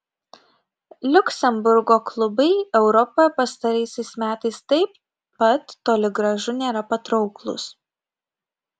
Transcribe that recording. liuksemburgo klubai europoje pastaraisiais metais taip pat toli gražu nėra patrauklūs